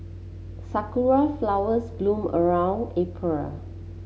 sakura flowers bloom around April